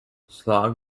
slough